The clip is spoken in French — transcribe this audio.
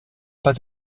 pas